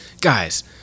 Guys